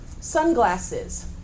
sunglasses